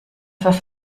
tasse